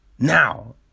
Now